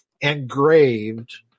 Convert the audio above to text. engraved